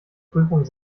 prüfung